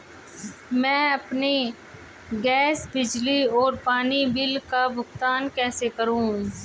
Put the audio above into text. मैं अपने गैस, बिजली और पानी बिल का भुगतान कैसे करूँ?